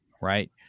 Right